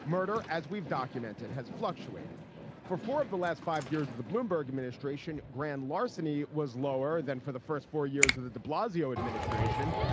murder as we've documented has fluctuated for four of the last five years of the bloomberg administration. grand larceny was lower than for the first four years of the de blasio administration.